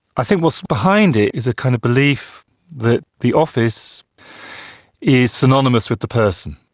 i think what's behind it is a kind of belief that the office is synonymous with the person.